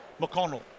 McConnell